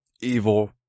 evil